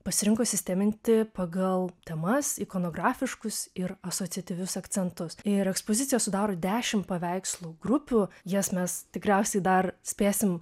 pasirinko sisteminti pagal temas ikonografiškus ir asociatyvius akcentus ir ekspoziciją sudaro dešimt paveikslų grupių jas mes tikriausiai dar spėsim